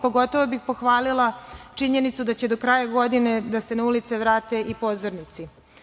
Pogotovo bih pohvalila činjenicu da će do kraja godine na ulice da se vrate i pozornici.